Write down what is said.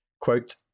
quote